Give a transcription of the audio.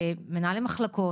מנהלי מחלקות,